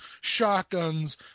shotguns